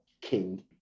king